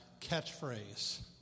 catchphrase